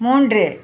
மூன்று